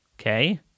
Okay